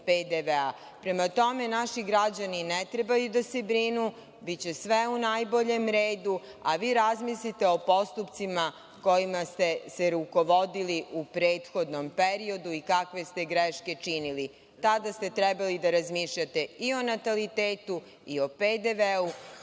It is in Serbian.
PDV-a. Prema tome, naši građani ne trebaju da se brinu, biće sve u najboljem redu, a vi razmislite o postupcima kojima ste se rukovodili u prethodnom periodu i kakve ste greške činili? Tada ste trebali da razmišljate i o natalitetu, i o PDV-u,